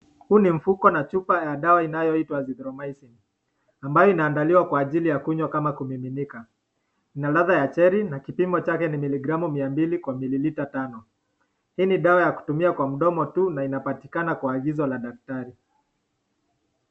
Huu ni mfuko za dawa zinazoitwa azinthromycin ambayo imeandaliwa kwa ajili ya kunywa kama kumiminika. Na ladha ya cherry na kipimo chake ni miligramu mia mbili kwa mililita tano. Hii ni dawa ya kutumia kwa mdomo tu na inapatikana kwa agizo la daktari.